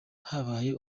habaye